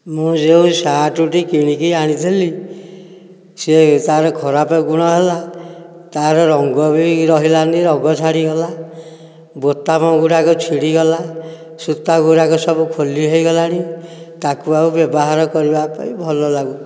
ମୁଁ ଯେଉଁ ସାର୍ଟଟି କିଣିକି ଆଣିଥିଲି ସେ ତା'ର ଖରାପ ଗୁଣ ହେଲା ତା'ର ରଙ୍ଗ ବି ରହିଲାନି ରଙ୍ଗ ଛାଡ଼ିଗଲା ବୋତାମ ଗୁଡ଼ାକ ଛିଡ଼ିଗଲା ସୂତା ଗୁଡ଼ାକ ସବୁ ଖୋଲି ହୋଇଗଲାଣି ତାକୁ ଆଉ ବ୍ୟବହାର କରିବା ପାଇଁ ଭଲ ଲାଗୁନି